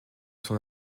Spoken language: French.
son